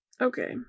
Okay